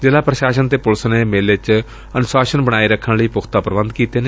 ਜ਼ਿਲ੍ਹਾ ਪ੍ਰਸ਼ਾਸਨ ਅਤੇ ਪੁਲਿਸ ਨੇ ਮੇਲੇ ਚ ਅਨੁਸ਼ਾਸਨ ਬਣਾਏ ਰੱਖਣ ਲਈ ਪੁਖਤਾ ਪ੍ਰਬੰਧ ਕੀਤੇ ਨੇ